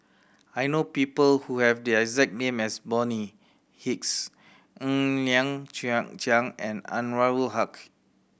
I know people who have the exact name as Bonny Hicks Ng Liang Chiang and Anwarul Haque